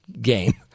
game